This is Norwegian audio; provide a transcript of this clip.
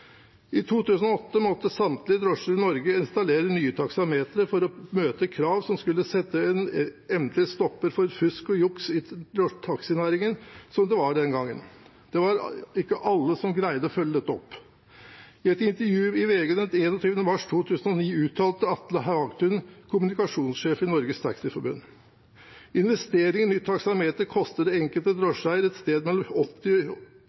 I 2008 måtte samtlige drosjer i Norge installere nye taksametre for å møte krav som skulle sette en endelig stopper for fusk og juks i taxinæringen, som det var den gangen. Det var ikke alle som greide å følge dette opp. I et intervju i VG den 21. mars 2012 uttalte Atle Hagtun, kommunikasjonssjef i Norges Taxiforbund at investeringen i et nytt taksameter koster den enkelte drosjeeier et sted mellom